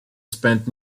spent